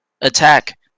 attack